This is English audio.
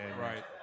Right